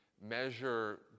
measure